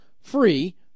free